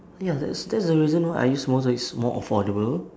ya that's that's the reason why I use motor is more affordable